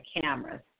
cameras